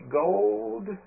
gold